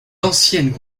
anciennes